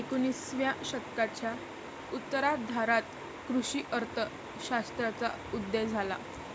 एकोणिसाव्या शतकाच्या उत्तरार्धात कृषी अर्थ शास्त्राचा उदय झाला